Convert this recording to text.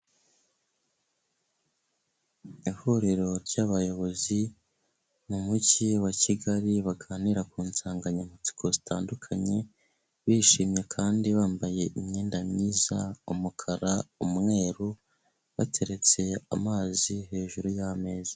Ihuriro ry'abayobozi mu mujyi wa Kigali baganira ku nsanganyamatsiko zitandukanye, bishimye kandi bambaye imyenda myiza umukara, umweru bateretse amazi hejuru y'ameza.